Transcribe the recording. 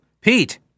Pete